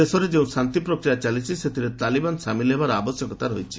ଦେଶରେ ଯେଉଁ ଶାନ୍ତି ପ୍ରକ୍ରିୟା ଚାଲିଛି ସେଥିରେ ତାଲିବାନ ସାମିଲ ହେବାର ଆବଶ୍ୟକତା ରହିଛି